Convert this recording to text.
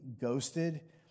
ghosted